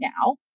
now